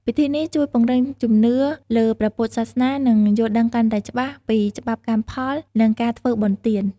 ពិធីនេះជួយពង្រឹងជំនឿលើព្រះពុទ្ធសាសនា និងយល់ដឹងកាន់តែច្បាស់ពីច្បាប់កម្មផល និងការធ្វើបុណ្យទាន។